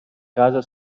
casa